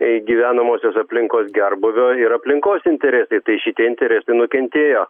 gyvenamosios aplinkos gerbūvio ir aplinkos interesai tai šitie interesai nukentėjo